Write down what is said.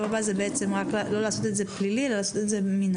הבא הוא לא לעשות את זה פלילי אלא לעשות את זה מינהלי.